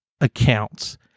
accounts